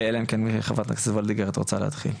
אלא אם כן, חברת הכנסת וולדיגר, את רוצה להתחיל.